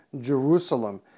Jerusalem